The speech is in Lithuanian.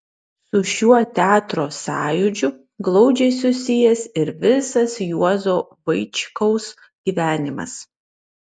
su šiuo teatro sąjūdžiu glaudžiai susijęs ir visas juozo vaičkaus gyvenimas